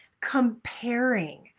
comparing